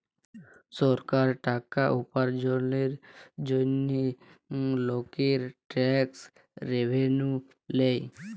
সরকার টাকা উপার্জলের জন্হে লকের ট্যাক্স রেভেন্যু লেয়